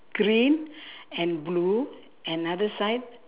green and blue another side